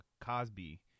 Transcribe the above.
Cosby